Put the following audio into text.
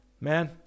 man